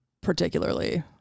Particularly